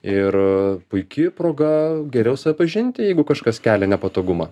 ir puiki proga geriau save pažinti jeigu kažkas kelia nepatogumą